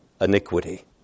iniquity